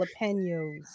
jalapenos